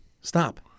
stop